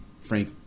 Frank –